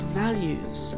values